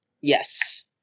Yes